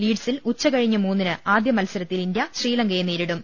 ലീഡ്സിൽ ഉച്ചകഴിഞ്ഞ് മൂന്നിന് ആദ്യ മത്സരത്തിൽ ഇന്ത്യ ശ്രീലങ്കയെ നേരിടും